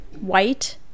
white